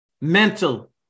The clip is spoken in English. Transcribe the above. mental